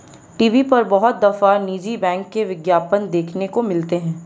TV पर बहुत दफा निजी बैंक के विज्ञापन देखने को मिलते हैं